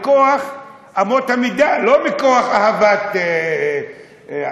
מכוח אמות המידה, לא מכוח אהבת המן.